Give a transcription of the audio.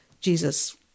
Jesus